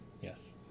Yes